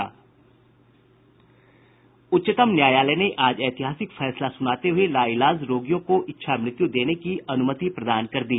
उच्चतम न्यायालय ने आज ऐतिहासिक फैसला सुनाते हुए लाइलाज रोगियों को इच्छा मृत्यू देने की अनुमति प्रदान कर दी